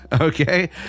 Okay